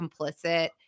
complicit